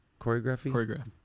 Choreography